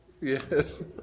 Yes